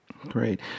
Great